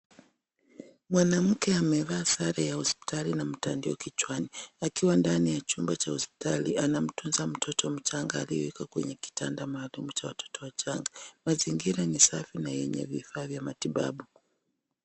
Mwanamke amevaa sare ya hospitali na mtandio kichwani akiwa ndani ya chumba cha hospitali anamtunza mtoto mdogo akiwa kwenye kitanda maalum cha watoto wachanga , mazingira ni safi na yenye vifaa vya matibabu.